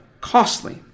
costly